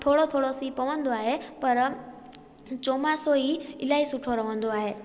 थोरो थोरो सीउ पवंदो आहे पर चोमासो ई इलाही सुठो रहंदो आहे